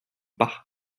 bach